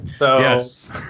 Yes